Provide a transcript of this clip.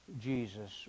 Jesus